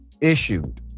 issued